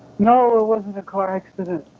no it wasn't a car accident